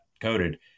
coded